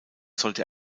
sollte